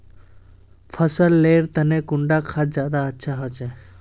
फसल लेर तने कुंडा खाद ज्यादा अच्छा होचे?